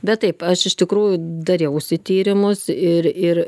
bet taip aš iš tikrųjų dariausi tyrimus ir ir